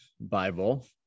Bible